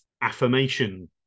affirmation